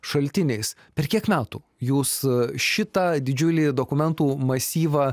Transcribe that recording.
šaltiniais per kiek metų jūs šitą didžiulį dokumentų masyvą